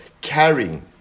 carrying